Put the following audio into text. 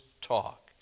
talk